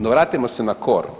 No vratimo se na cor.